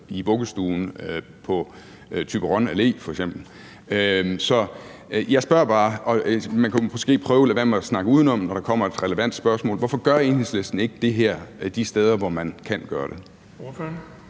Jeg spørger bare, og man kan måske prøve at lade være med at snakke udenom, når der kommer et relevant spørgsmål: Hvorfor gør Enhedslisten ikke det her de steder, hvor man kan gøre det?